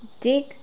Dig